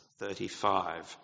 35